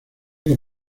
que